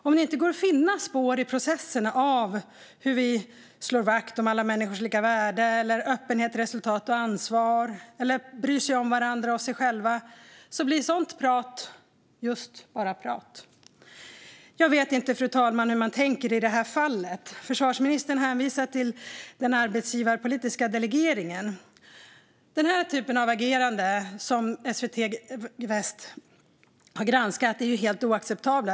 Om det inte går att finna spår i processerna av hur vi slår vakt om alla människors lika värde eller öppenhet, resultat och ansvar, eller bryr sig om varandra och sig själva, blir sådant prat just bara prat. Jag vet inte, fru talman, hur man tänker i det här fallet. Försvarsministern hänvisar till den arbetsgivarpolitiska delegeringen. Den typen av agerande som SVT Väst har granskat är helt oacceptabelt.